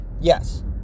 Yes